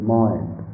mind